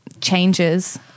changes